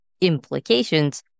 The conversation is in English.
implications